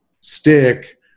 stick